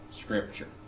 Scripture